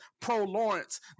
Pro-Lawrence